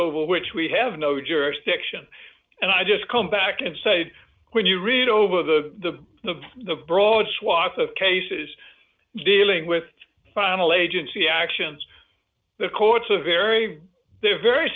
over which we have no jurisdiction and i just come back and say when you read over the broad swath of cases dealing with final agency actions the courts are very they're very